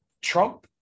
Trump